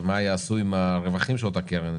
ומה יעשו עם הרווחים של אותה קרן?